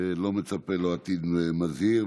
לא מצפה לו עתיד מזהיר,